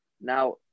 Now